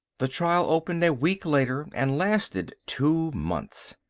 the trial opened a week later, and lasted two months.